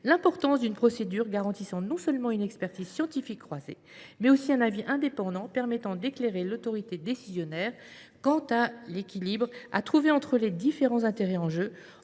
l’importance d’une procédure garantissant non seulement une expertise scientifique croisée, mais aussi un avis indépendant permettant d’éclairer l’autorité décisionnaire quant à l’équilibre à trouver entre les différents intérêts en jeu